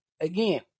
again